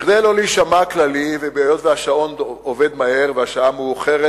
כדי שלא להישמע כללי והיות שהשעון עובד מהר והשעה מאוחרת,